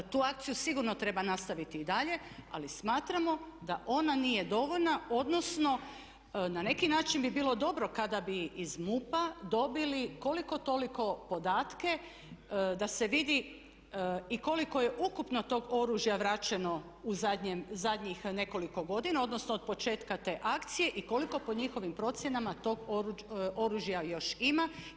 Tu akciju sigurno treba nastaviti i dalje, ali smatramo da ona nije dovoljna, odnosno na neki način bi bilo dobro kada bi iz MUP-a dobili koliko toliko podatke da se vidi i koliko je ukupno tog oružja vraćeno u zadnjih nekoliko godina odnosno od početka te akcije i koliko po njihovim procjenama tog oružja još ima.